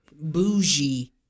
bougie